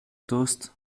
toast